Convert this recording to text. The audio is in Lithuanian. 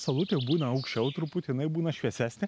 saulutė jau būna aukščiau truputį jinai būna šviesesnė